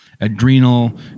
adrenal